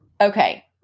Okay